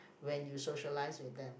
when you socialise with them